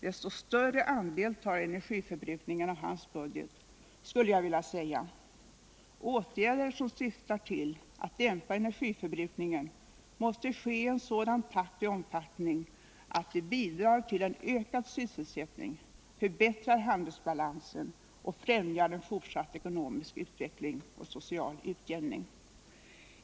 desto större andel tar energiförbrukningen av hans budget, skulle jag vilja säga: Åtgärder som syftar till att dämpa energiförbrukningen måste vidtas ien sådan takt och omfattning att de bidrar till en ökad sysselsättning, förbättrar handelsbalansen och främjar en fortsatt ekonomisk utveckling och social utjämning.